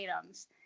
items